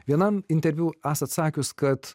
vienam interviu esat atsakius kad